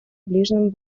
ближнем